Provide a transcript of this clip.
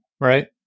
Right